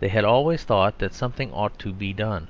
they had always thought that something ought to be done,